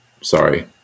sorry